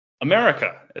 America